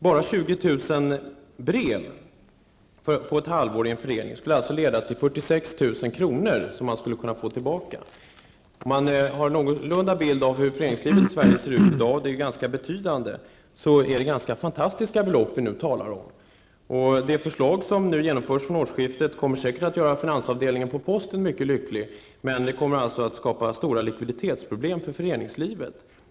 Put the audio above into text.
Bara 20 000 brev på ett halvår i en förening skulle alltså leda till en återbetalning på 46 000 kr. Om man har en någorlunda klar bild av hur föreningslivet ser ut i dag i Sverige -- det är ganska betydande -- är det ganska fantastiska belopp som vi talar om nu. Det förslag som genomförs vid årsskiftet kommer säkert att göra finansavdelningen på posten mycket lycklig, men det kommer att skapa stora likviditetsproblem för föreningslivet.